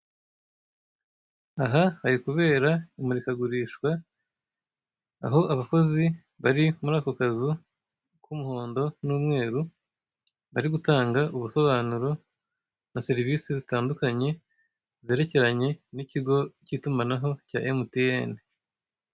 Aha hari kubera imurikagurishwa, aho abakozi bari muri ako kazu k'umuhondo n'umweru, bari gutanga ubusobanuro na serivise zitandukanye, zerekeranye n'ikigo cy'itumanaho cya emutiyene.